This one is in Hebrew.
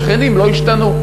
השכנים לא השתנו.